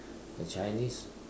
the Chinese